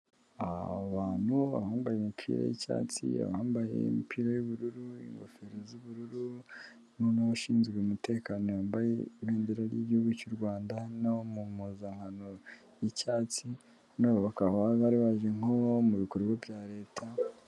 Abantu abambaye imipira y'icyatsi, abambaye imppira y'ubururu, ingofero z'bururu, noneho n'ubashinzwe umutekano yambaye ibendera ry'igihugu cy'u Rwanda, no mu mpuzankano y'icyatsi, noneho bakaba bari baje nko mu bikorwa bya leta.